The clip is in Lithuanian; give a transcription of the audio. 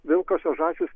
pilkosios žąsys